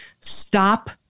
stop